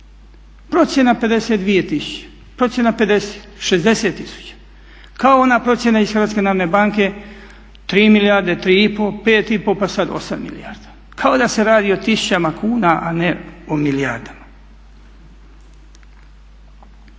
procjena 50, 60 tisuća kao ona procjena iz Hrvatske narodne banke 3 milijarde, 3,5, 5,5 pa sada 8 milijarda kao da se radi o tisućama kuna a ne o milijardama.